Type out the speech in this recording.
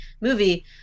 movie